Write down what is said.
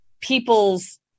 people's